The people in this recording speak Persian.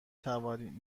توانید